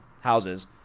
Houses